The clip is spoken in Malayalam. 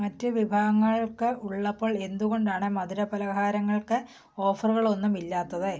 മറ്റ് വിഭാഗങ്ങൾക്ക് ഉള്ളപ്പോൾ എന്തുകൊണ്ടാണ് മധുരപലഹാരങ്ങൾക്ക് ഓഫറുകളൊന്നും ഇല്ലാത്തത്